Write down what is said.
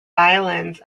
violins